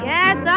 Yes